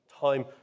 time